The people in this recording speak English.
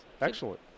Excellent